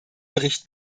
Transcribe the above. bericht